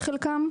בחלקם,